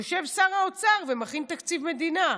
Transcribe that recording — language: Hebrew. יושב שר האוצר ומכין תקציב מדינה,